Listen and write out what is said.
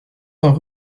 vingt